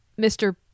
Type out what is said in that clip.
Mr